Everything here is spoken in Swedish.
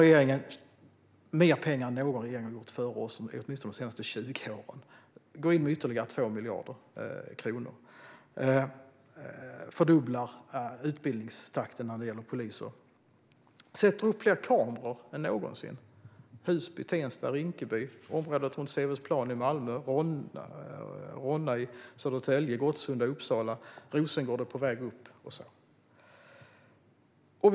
Regeringen satsar nu mer pengar än någon regering har gjort före oss, åtminstone de senaste 20 åren, och går in med ytterligare 2 miljarder kronor. Vi fördubblar utbildningstakten när det gäller poliser och sätter upp fler kameror än någonsin i Husby, Tensta, Rinkeby, området runt Sevedsplan i Malmö, Ronna i Södertälje och Gottsunda i Uppsala. Även i Rosengård är kameror på väg upp.